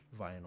vinyl